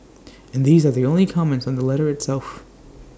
and these are the only comments on the letter itself